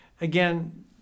Again